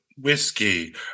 whiskey